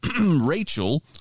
Rachel